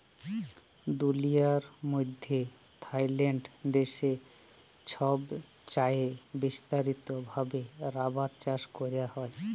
দুলিয়ার মইধ্যে থাইল্যান্ড দ্যাশে ছবচাঁয়ে বিস্তারিত ভাবে রাবার চাষ ক্যরা হ্যয়